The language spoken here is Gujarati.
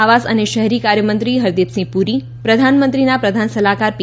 આવાસ અને શહેરી કાર્યમંત્રી હરદીપ સિંહ પુરી પ્રધાનમંત્રીના પ્રધાન સલાહકાર પી